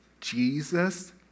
Jesus